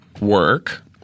work